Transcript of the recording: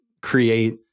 create